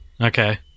Okay